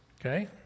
Okay